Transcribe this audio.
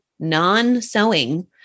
non-sewing